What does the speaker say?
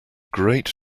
great